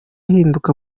ahinduka